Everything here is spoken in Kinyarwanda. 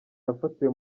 yafatiwe